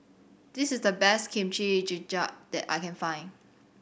this is the best Kimchi Jjigae that I can find